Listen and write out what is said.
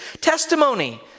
testimony